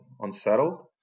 unsettled